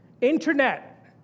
Internet